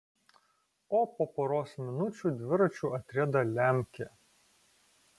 o po poros minučių dviračiu atrieda lemkė